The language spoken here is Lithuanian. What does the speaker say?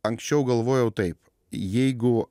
anksčiau galvojau taip jeigu